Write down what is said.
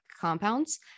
compounds